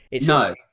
No